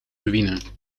ruïne